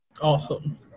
awesome